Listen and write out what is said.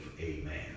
amen